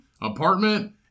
apartment